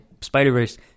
spider-verse